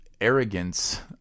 arrogance